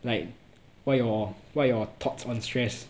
like what your what are your thoughts on stress